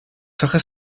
hojas